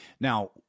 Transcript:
Now